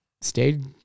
stayed